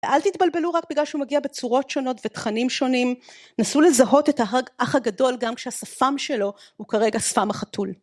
אל תתבלבלו רק בגלל שהוא מגיע בצורות שונות ותכנים שונים, נסו לזהות את האח הגדול גם שהשפם שלו הוא כרגע שפם החתול